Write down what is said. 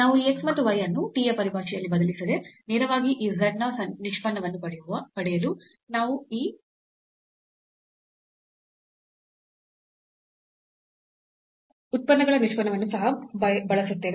ಮತ್ತು ಈ x ಮತ್ತು y ಅನ್ನು t ಯ ಪರಿಭಾಷೆಯಲ್ಲಿ ಬದಲಿಸದೆ ನೇರವಾಗಿ ಈ z ನ ನಿಷ್ಪನ್ನವನ್ನು ಪಡೆಯಲು ನಾವು ಈ ಉತ್ಪನ್ನಗಳ ನಿಷ್ಪನ್ನವನ್ನು ಸಹ ಬಳಸುತ್ತೇವೆ